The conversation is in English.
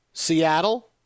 Seattle